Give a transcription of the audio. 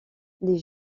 les